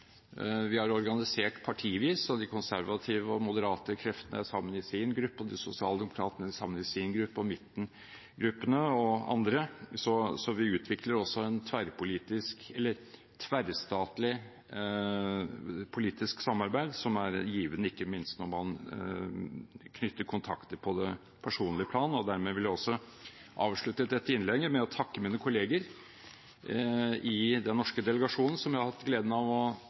Vi er organisert partivis, så de konservative og moderate kreftene er sammen i sin gruppe, og de sosialdemokratiske er sammen i sin gruppe, og midten er i en gruppe, og andre – så vi utvikler også et tverrstatlig politisk samarbeid som er givende, ikke minst når man knytter kontakter på det personlige plan. Dermed vil jeg også avslutte dette innlegget med å takke mine kolleger i den norske delegasjonen, som jeg har hatt gleden av å